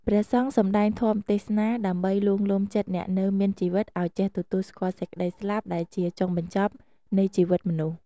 ព្រះសង្ឃសម្តែងធម៌ទេសនាដើម្បីលួងលោមចិត្តអ្នកនៅមានជីវិតឲ្យចេះទទួលស្គាល់សេចក្ដីស្លាប់ដែលជាចុងបញ្ចប់នៃជីវិតមនុស្ស។